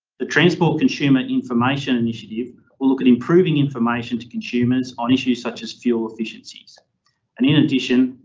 the transport consumer information initiative will look at improving information to consumers on issues such as fuel efficiencies and in addition,